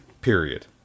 period